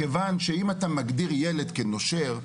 מכיוון שאם אתה מגדיר ילד כנושר,